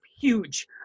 huge